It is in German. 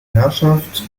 herrschaft